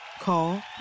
Call